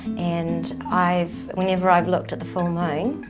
and i've, whenever i've looked at the full like